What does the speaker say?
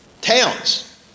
towns